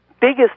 biggest